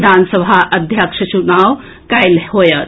विधानसभा अध्यक्षक चुनाव काल्हि होयत